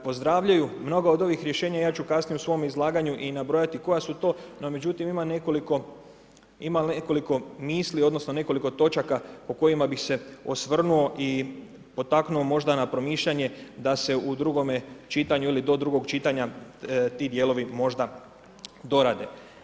Pozdravljaju, mnoga od ovih rješenja i ja ću kasnije u svom izlaganju, nabrojati koja su to, međutim, ima nekoliko misli, odnosno, nekoliko točaka o kojima bi se osvrnuo i potaknuo možda na promišljanju, da se u drugome čitanju ili do drugog čitanja ti dijelovi možda dorade.